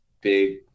big